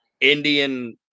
Indian